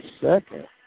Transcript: second